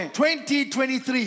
2023